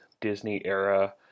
Disney-era